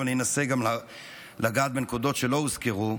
אבל אנסה גם לגעת בנקודות שלא הוזכרו,